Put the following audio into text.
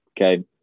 Okay